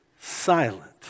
silent